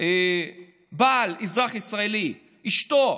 יש בעל, אזרח ישראלי, שאשתו